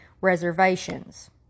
reservations